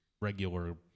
regular